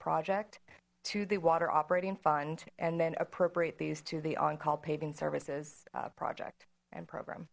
project to the water operating fund and then appropriate these to the on call paving services project and program